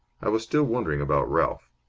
i was still wondering about ralph.